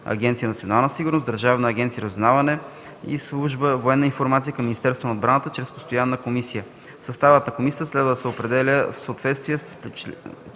агенция „Национална сигурност”, Държавна агенция „Разузнаване” и служба „Военна информация” към министъра на отбраната чрез постоянна комисия. Съставът на комисията следва да се определя в съответствие с